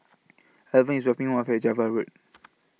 Alvan IS dropping Me off At Java Road